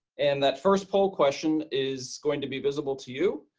and that first poll question is going to be visible to you.